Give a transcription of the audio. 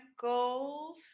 goals